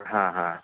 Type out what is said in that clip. हां हां